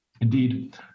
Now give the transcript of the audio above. Indeed